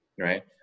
right